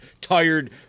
tired